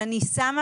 אבל אני מדגישה,